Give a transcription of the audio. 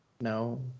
no